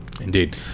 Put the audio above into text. Indeed